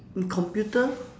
computer